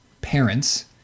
parents